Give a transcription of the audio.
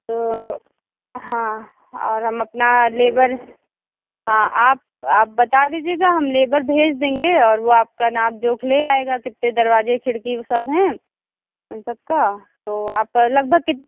तो हाँ और हम अपना लेबर हाँ आप आप बता दीजिएगा हम लेबर भेज देंगे और वह आपका नाप जोख ले आएगा कितने दरवाज़े खिड़की सब हैं उन सबका तो आप लगभग कित